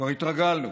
כבר התרגלנו,